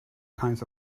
kinds